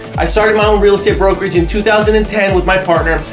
i started my own real estate brokerage in two thousand and ten with my partner.